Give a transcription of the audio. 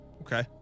Okay